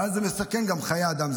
ואז זה מסכן גם חיי אדם.